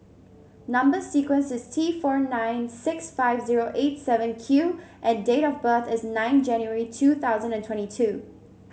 number sequence is T four nine six five zero eight seven Q and date of birth is nine January two thousand and twenty two